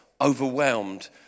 overwhelmed